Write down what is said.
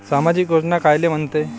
सामाजिक योजना कायले म्हंते?